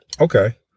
okay